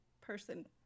person